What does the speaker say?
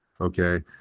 okay